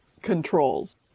controls